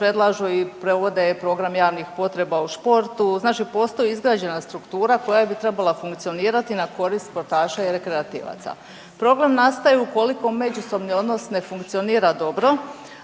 predlažu i provode program javnih potreba u sportu, znači postoji izgrađena struktura koja bi trebala funkcionirati na korist sportaša i rekreativaca. Problem nastaju ukoliko međusobni odnos ne funkcionira dobro